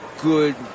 good